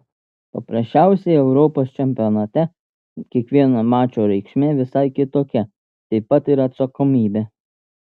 paprasčiausiai europos čempionate kiekvieno mačo reikšmė visai kitokia taip pat ir atsakomybė